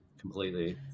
Completely